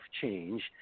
change